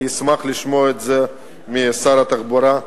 אני אשמח לשמוע את זה משר התחבורה.